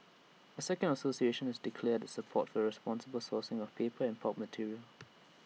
A second association has declared the support for the responsible sourcing of paper and pulp material